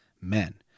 men